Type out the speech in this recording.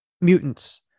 mutants